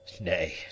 Nay